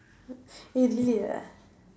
really ah